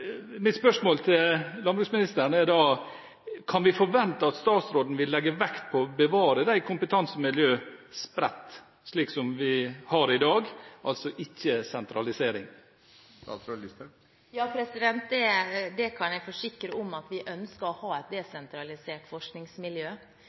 Mitt spørsmål til landbruksministeren er da: Kan vi forvente at statsråden vil legge vekt på å bevare kompetansemiljøene spredt, slik som vi har i dag, altså ikke sentralisering? Ja, jeg kan forsikre om at vi ønsker å ha et desentralisert forskningsmiljø. Men grunnen til at vi vil slå sammen de